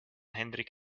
henrik